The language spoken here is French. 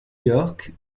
york